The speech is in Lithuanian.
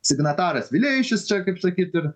signataras vileišis čia kaip sakyt ir